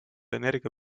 energia